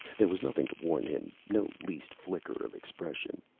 there was nothing to warn him, no least flicker of expression.